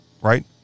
right